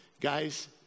Guys